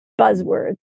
buzzwords